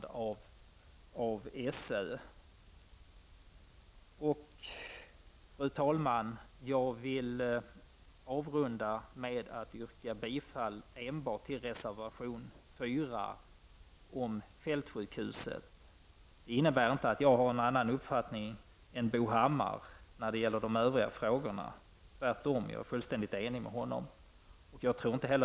Jag vill avrunda mitt anförande med att yrka bifall till enbart reservation 4 om fältsjukhuset. Det innebär dock inte att jag har en annan uppfattning än Bo Hammar i övriga frågor. Tvärtom är vi fullständigt eniga.